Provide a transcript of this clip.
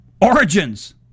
origins